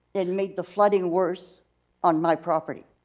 and made the flooding worse on my property.